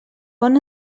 bon